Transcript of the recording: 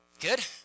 good